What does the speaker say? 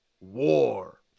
War